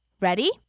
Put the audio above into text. Ready